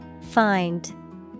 Find